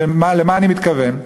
ולמה אני מתכוון?